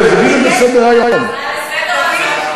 זכויות הגבר,